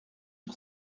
sur